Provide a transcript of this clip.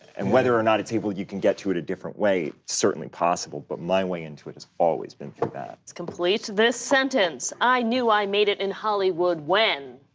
and whether or not you can get to it a different way, certainly possible, but my way into it has always been through that. complete this sentence. i knew i made it in hollywood when.